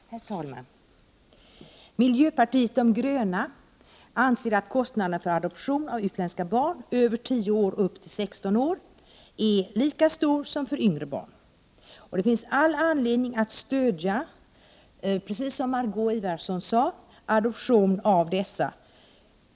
Herr talman! Miljöpartiet de gröna anser att kostnaderna för adoption av utländska barn över 10 år upp till 16 år är lika stora som för yngre barn. Precis som Margö Ingvardsson sade, finns det all anledning att stödja adotion av dessa något äldre barn.